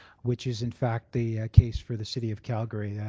which is in fact the case for the city of calgary, yeah